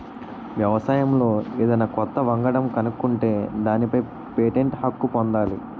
వ్యవసాయంలో ఏదన్నా కొత్త వంగడం కనుక్కుంటే దానిపై పేటెంట్ హక్కు పొందాలి